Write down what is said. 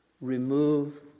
remove